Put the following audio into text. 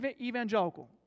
evangelical